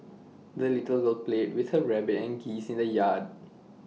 the little girl played with her rabbit and geese in the yard